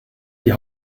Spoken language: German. die